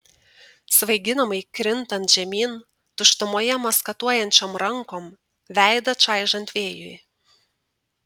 svaiginamai krintant žemyn tuštumoje maskatuojančiom rankom veidą čaižant vėjui